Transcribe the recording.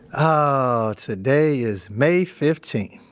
ah, today is may fifteen,